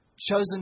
Chosen